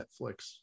Netflix